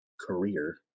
career